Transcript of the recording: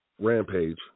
Rampage